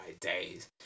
days